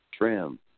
trim